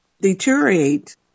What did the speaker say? deteriorate